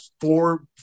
four